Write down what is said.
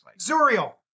Zuriel